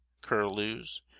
curlews